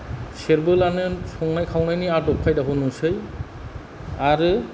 सेरबोलानो संनाय खावनायनि आदब खायदाखौ नुसै आरो